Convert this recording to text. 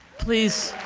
please,